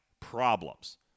problems